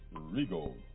Regal